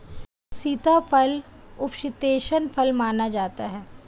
सीताफल उपशीतोष्ण फल माना जाता है